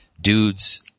dudes